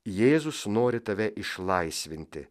jėzus nori tave išlaisvinti